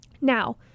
Now